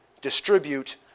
distribute